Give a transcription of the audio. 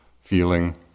feeling